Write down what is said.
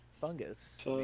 fungus